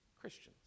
Christians